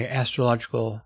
astrological